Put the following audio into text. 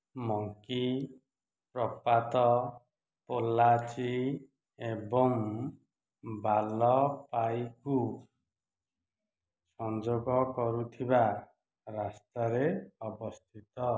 monkey ପ୍ରପାତ ପୋଲ୍ଲାଚି ଏବଂ ବାଲପାଇକୁ ସଂଯୋଗ କରୁଥିବା ରାସ୍ତାରେ ଅବସ୍ଥିତ